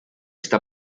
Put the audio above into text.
está